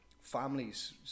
families